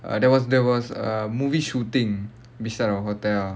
uh there was there was a movie shooting beside our hotel